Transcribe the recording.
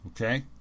Okay